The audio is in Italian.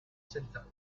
senza